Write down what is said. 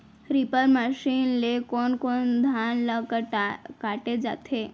Reaper machine ले कोन कोन धान ल काटे जाथे?